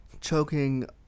choking